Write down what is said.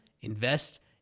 invest